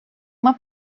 uma